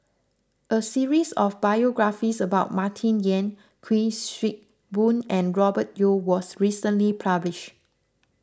a series of biographies about Martin Yan Kuik Swee Boon and Robert Yeo was recently published